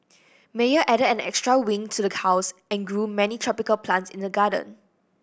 Meyer added an extra wing to the house and grew many tropical plants in the garden